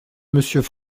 monsieur